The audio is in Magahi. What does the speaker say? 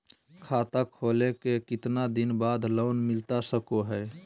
खाता खोले के कितना दिन बाद लोन मिलता सको है?